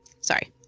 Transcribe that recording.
sorry